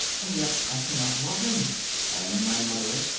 and yet i cannot love him and my mother,